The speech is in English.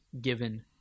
given